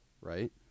right